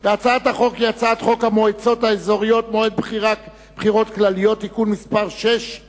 הצעת חוק המועצות האזוריות (מועד בחירות כלליות) (תיקון מס' 6),